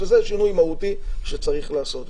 שזה שינוי מהותי שצריך לעשות.